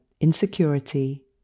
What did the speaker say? insecurity